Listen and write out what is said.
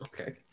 Okay